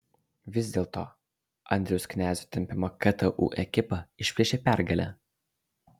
vis dėlto andriaus knezio tempiama ktu ekipa išplėšė pergalę